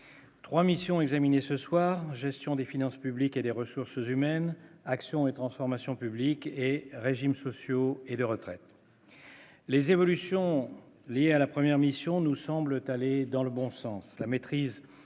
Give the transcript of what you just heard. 3 missions examiner ce soir, gestion des finances publiques et des ressources humaines, action et transformation publiques et régimes sociaux et de retraite. Les évolutions liées à la première mission nous semblent aller dans le bon sens,